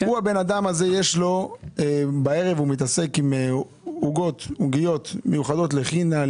הבן אדם הזה בערב מתעסק עם עוגיות מיוחדות לחינה,